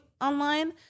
online